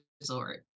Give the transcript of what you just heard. resort